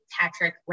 Patrick